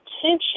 attention